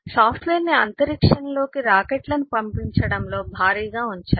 సాఫ్ట్వేర్ను అంతరిక్షంలోకి రాకెట్లను పంపించడంలో భారీగా ఉంచారు